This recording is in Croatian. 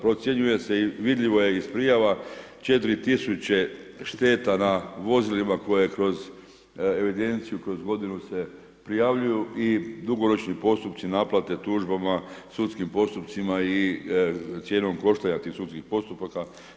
Procjenjuje se i vidljivo je iz prijava 4000 šteta na vozilima koje kroz evidenciju kroz godinu se prijavljuju i dugoročni postupci naplate tužbama, sudskim postupcima i cijenom koštanja tih sudskih postupaka.